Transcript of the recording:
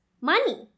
money